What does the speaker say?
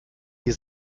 die